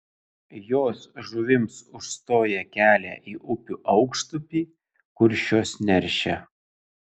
jos žuvims užstoja kelia į upių aukštupį kur šios neršia